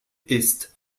ist